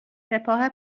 سپاه